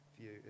view